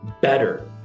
better